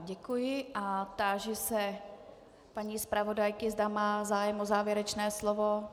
Děkuji a táži se paní zpravodajky, zda má zájem o závěrečné slovo.